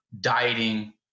dieting